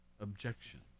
objection